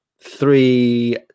Three